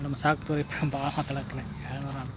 madam ಸಾಕು ರೀ ಭಾಳ ಮಾತಾಡಕಲೆ